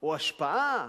או השפעה,